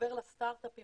עובר לסטארט-אפים